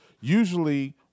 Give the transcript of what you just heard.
usually